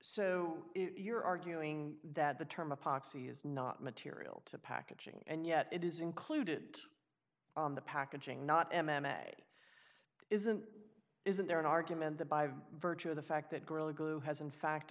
so you're arguing that the term a poxy is not material to packaging and yet it is included on the packaging not m m a isn't isn't there an argument by virtue of the fact that gorilla glue has in fact